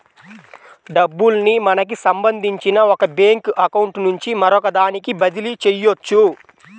డబ్బుల్ని మనకి సంబంధించిన ఒక బ్యేంకు అకౌంట్ నుంచి మరొకదానికి బదిలీ చెయ్యొచ్చు